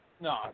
No